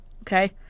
Okay